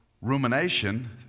rumination